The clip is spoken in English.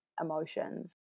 emotions